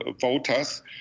voters